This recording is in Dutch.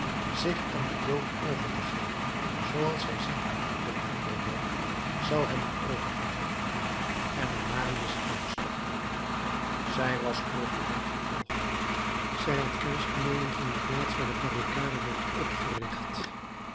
zich aan dien dood over te geven zooals zij zich aan ieder anderen dood zou hebben overgegeven en er marius in te storten zij was courfeyrac gevolgd zij had kennis genomen van de plaats waar de barricade werd opgericht